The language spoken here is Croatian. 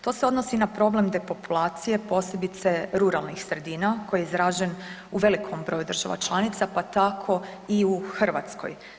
To se odnosi na problem depopulacije, posebice ruralnih sredina koji je izražen u velikom broju država članica, pa tako i u Hrvatskoj.